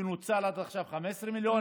ונוצלו עד עכשיו 15 מיליון,